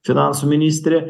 finansų ministrė